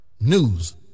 News